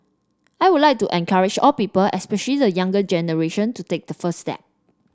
I would like to encourage all people especially the younger generation to take the first step